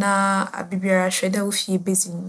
Na aberbiara hwɛ dɛ wo fie bedzi nyi.